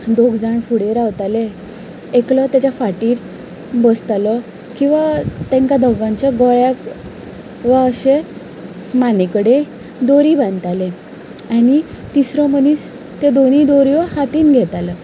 दोग जाण फुडें रावताले एकलो ताच्या फाटीर बसतालो किंवां तांकां दोगांच्या गोळ्याक वा अशे मानेकडेन दोरी बांदताले आनी तिसरो मनीस त्यो दोनूय दोऱ्यो हातींत घेतालो